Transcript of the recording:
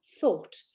thought